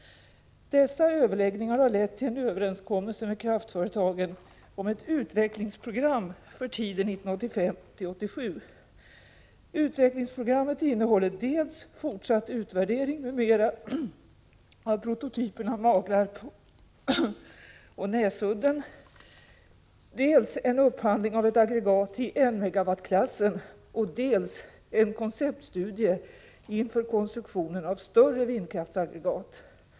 Dessa överläggningar har lett till en överenskommelse med kraftföretagen om ett utvecklingsprogram för tiden 1985-1987. Utvecklingsprogrammet innehåller dels fortsatt utvärdering m.m. av prototyperna Maglarp och Näsudden, dels en upphandling av ett aggregat i I MW-klassen, dels en konceptstudie inför konstruktionen av större vindkraftsaggregat.